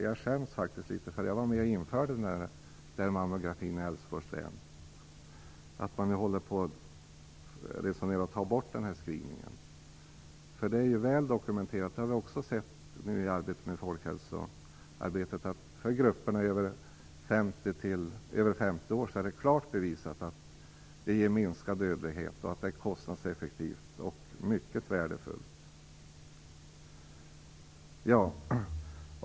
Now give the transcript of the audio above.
Jag skäms faktiskt litet för att man nu håller på att ta bort mammografiundersökningarna i Älvsborgs län, eftersom jag var med och införde denna screening. Det är ju väl dokumenterat och bevisat att mammografiundersökningar för kvinnor över 50 år ger minskad dödlighet och att de är kostnadseffektiva och mycket värdefulla.